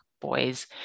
boys